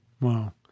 Wow